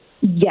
Yes